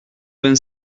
vingt